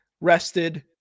Rested